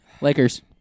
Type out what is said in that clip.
Lakers